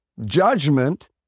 judgment